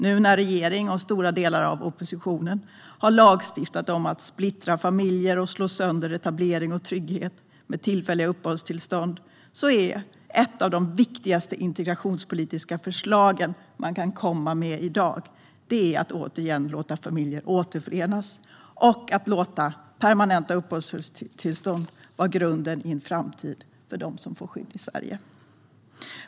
Nu när regeringen och stora delar av oppositionen har lagstiftat om att splittra familjer och slå sönder etablering och trygghet med tillfälliga uppehållstillstånd är ett av de viktigaste integrationspolitiska förslag man kan komma med i dag att återigen låta familjer återförenas och att låta permanenta uppehållstillstånd vara grunden i en framtid för dem som får skydd i Sverige.